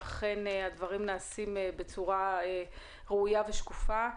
שאכן הדברים נעשים בצורה ראויה ושקופה.